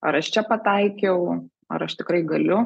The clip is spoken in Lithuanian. ar aš čia pataikiau ar aš tikrai galiu